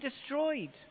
destroyed